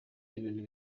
ibintu